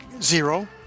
zero